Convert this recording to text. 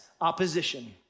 opposition